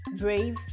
brave